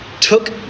took